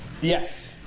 Yes